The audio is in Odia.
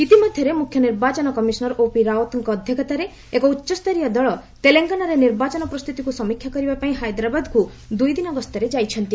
ଇତିମଧ୍ୟରେ ମୁଖ୍ୟ ନିର୍ବାଚନ କମିଶନର୍ ଓପି ରାୱତ୍ଙ୍କ ଅଧ୍ୟକ୍ଷତାରେ ଏକ ଉଚ୍ଚସ୍ତରୀୟ ଦଳ ତେଲଙ୍ଗାନାର ନିର୍ବାଚନ ପ୍ରସ୍ତୁତିକୁ ସମୀକ୍ଷା କରିବାପାଇଁ ହାଇଦ୍ରାବାଦକୁ ଦୁଇ ଦିନ ଗସ୍ତରେ ଯାଇଛନ୍ତି